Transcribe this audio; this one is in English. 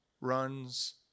runs